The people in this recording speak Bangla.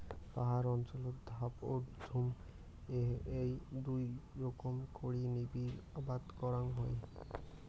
পাহাড় অঞ্চলত ধাপ ও ঝুম এ্যাই দুই রকম করি নিবিড় আবাদ করাং হই